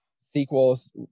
sequels